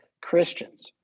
Christians